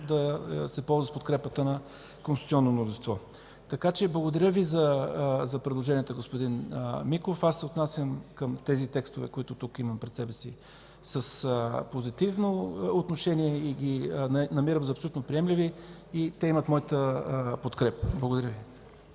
да се ползва с подкрепата на конституционно мнозинство. Благодаря Ви за предложенията, господин Миков. Аз се отнасям към тези текстове, които имам пред себе си, с позитивно отношение и ги намирам за абсолютно приемливи, те имат моята подкрепа. Благодаря Ви.